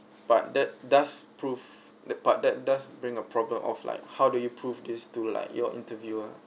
but that does prove that but that does bring a problem of like how do you prove this to like your interviewer